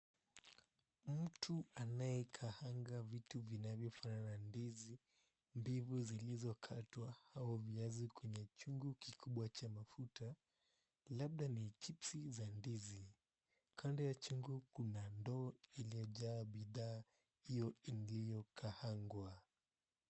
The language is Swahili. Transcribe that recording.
Mtu anayekaanga vitu vinavyofanana ndizi mbivi zilizokatwa, au viazi kwenye chungu kikubwa cha mafuta, labda ni chipsi za ndizi. Kando ya chungu kuna ndoo iliyojaa bidhaa hiyo iliyo kaangwa.